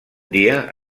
dia